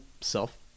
self